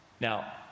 Now